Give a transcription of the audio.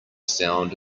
sound